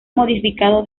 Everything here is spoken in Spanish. modificado